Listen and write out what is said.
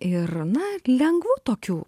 ir na lengvu tokiu